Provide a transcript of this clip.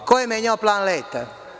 Ko je menjao plan leta?